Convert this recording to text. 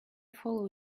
follow